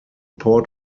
port